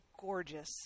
gorgeous